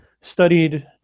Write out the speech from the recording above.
studied